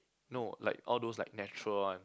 no like all those like natural one